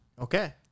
Okay